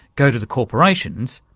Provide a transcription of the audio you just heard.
go to the corporations,